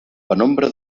penombra